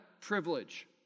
privilege